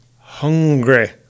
hungry